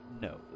No